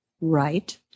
right